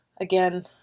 again